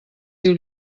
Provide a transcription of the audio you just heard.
diu